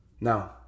Now